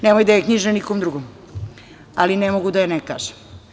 Nemaju da je knjiže nekom drugom, ali ne mogu da je ne kažem.